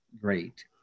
great